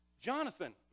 Jonathan